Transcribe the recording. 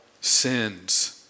sins